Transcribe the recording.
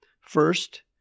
First